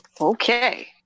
Okay